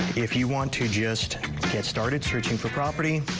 if you want to just get started searching for property,